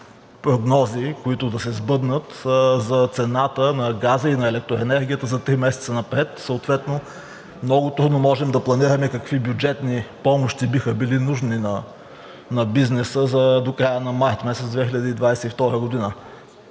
които да се сбъднат за цената на газа и на електроенергията за три месеца напред, и съответно много трудно можем да планираме какви бюджетни помощи биха били нужни на бизнеса до края на месец март 2022 г.